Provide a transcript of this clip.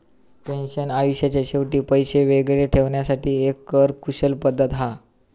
pension आयुष्याच्या शेवटी पैशे वेगळे ठेवण्यासाठी एक कर कुशल पद्धत हा